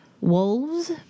wolves